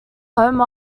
home